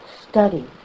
study